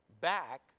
back